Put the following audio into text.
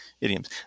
idioms